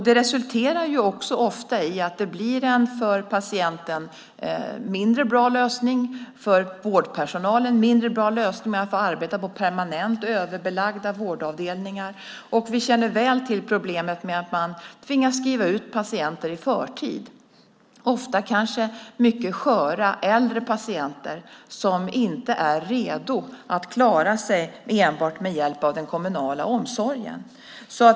Det resulterar också ofta i att det blir en för patienten mindre bra lösning och en för vårdpersonalen mindre bra lösning i och med att man får arbeta på permanent överbelagda vårdavdelningar. Vi känner väl till problemet med att man tvingas skriva ut patienter i förtid, ofta kanske mycket sköra äldre patienter som inte är redo att klara sig enbart med hjälp av kommunal omsorg.